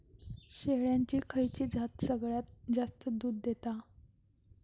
शेळ्यांची खयची जात सगळ्यात जास्त दूध देता?